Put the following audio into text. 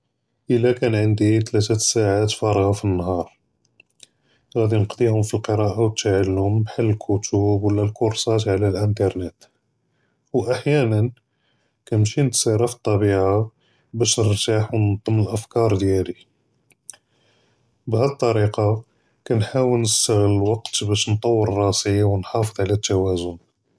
אִלַא קַאנ עַנְדִי תְלָאת סַעָאת פַּארְגָ'ה פִּנְנַהַאר גַּאדִי נְקַצִ'יהוּם פִּלְקִרְאֵה וְתַעַלֻּם בְּחַאל אֶלְכּתּוּב וְלָא אֶלְקוּרסָאת עַל אַלְאִינְטֶרְנֶט, וְאַחְיַאנָאן כַּאנְמְשִׁי נְתְסַארַא פִּטְבִּיעָה בָּאש נְרְתַּاح וְנְנַצַּם אֶלְאָפְקָאר דִּיַאלִי, בְּהַאד טְרִיקַה כַּאנְחַاوֵל נְסְתַעְלֵל אֶלְוַקְת בָּאש נְטַוֵּר רַאסִי וְנְחַאפِظ עַל תַּוַאזֻן.